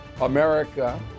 America